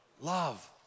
Love